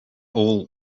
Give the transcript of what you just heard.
all